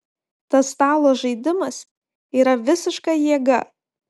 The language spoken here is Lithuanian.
tas stalo žaidimas yra visiška jėga